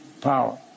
power